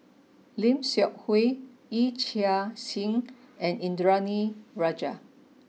Lim Seok Hui Yee Chia Hsing and Indranee Rajah